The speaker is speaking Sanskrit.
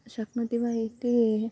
शक्नोति वा इति